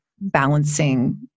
balancing